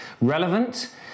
relevant